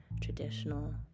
traditional